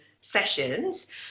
sessions